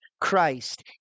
Christ